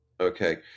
Okay